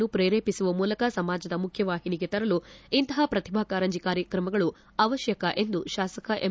ಆ ಪ್ರತಿಭೆಗಳನ್ನು ಪ್ರೇರೇಪಿಸುವ ಮೂಲಕ ಸಮಾಜದ ಮುಖ್ಖವಾಹಿನಿಗೆ ತರಲು ಇಂತಹ ಪ್ರತಿಭಾ ಕಾರಂಜಿ ಕಾರ್ಕ್ರಮಗಳು ಅವಶ್ವಕ ಎಂದು ಶಾಸಕ ಎಂ